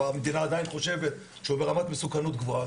והמדינה עדיין חושבת שהוא ברמת מסוכנות גבוהה,